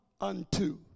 unto